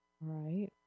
Right